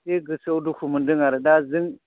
बे गोसोआव दुखु मोन्दों आरो दा जों